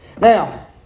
Now